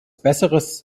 besseres